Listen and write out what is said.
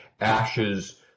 ashes